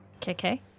KK